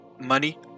money